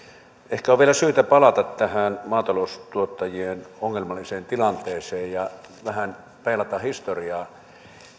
ehkä on vielä syytä palata tähän maataloustuottajien ongelmalliseen tilanteeseen ja vähän peilata historiaa